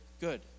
good